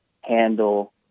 handle